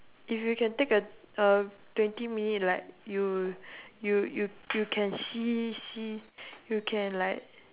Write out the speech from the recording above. if you can take a a twenty minute like you you you you can see see you can like